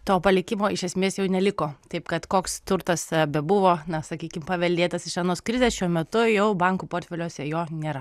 to palikimo iš esmės jau neliko taip kad koks turtas bebuvo na sakykim paveldėtas iš anos krizės šiuo metu jau bankų portfeliuose jo nėra